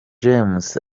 james